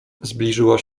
zbliżyła